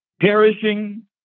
perishing